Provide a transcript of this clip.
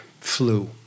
flu